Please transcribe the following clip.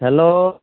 hello